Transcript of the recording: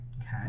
Okay